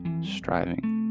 striving